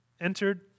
entered